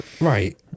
Right